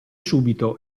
subito